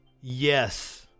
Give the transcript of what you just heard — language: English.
Yes